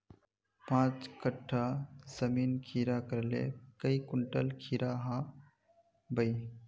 पाँच कट्ठा जमीन खीरा करले काई कुंटल खीरा हाँ बई?